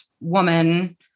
woman